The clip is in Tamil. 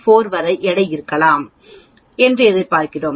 4 வரை எடையைக் கொண்டிருக்கும் என்று எதிர்பார்க்கப்படுகிறது